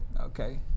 Okay